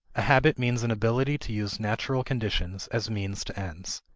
a habit means an ability to use natural conditions as means to ends.